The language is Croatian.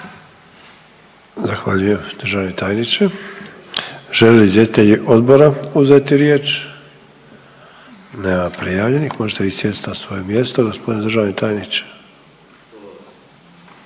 Zahvaljujem državni tajniče. Žele li izvjestitelji odbora uzeti riječ? Nema prijavljenih. Možete vi sjest na svoje mjesto g. državni tajniče.